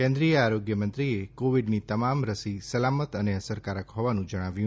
કેન્દ્રીય આરોગ્યમંત્રીએ કોવિડની તમામ રસી સલામત અને અસરકારક હોવાનું જણાવ્યું